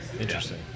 interesting